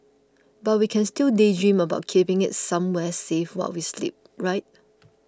but we can still daydream about keeping it somewhere safe while we sleep right